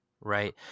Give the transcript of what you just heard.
Right